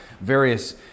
various